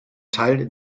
teil